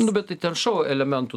nu bet tai ten šou elementų